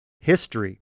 history